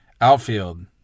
Outfield